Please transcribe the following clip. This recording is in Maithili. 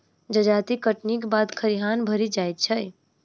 जजाति कटनीक बाद खरिहान भरि जाइत छै